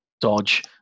dodge